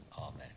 Amen